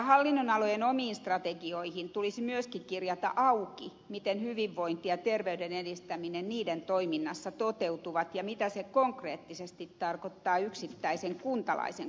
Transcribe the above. hallinnonalojen omiin strategioihin tulisi myöskin kirjata auki miten hyvinvointi ja terveyden edistäminen niiden toiminnassa toteutuvat ja mitä se konkreettisesti tarkoittaa yksittäisen kuntalaisen kohdalla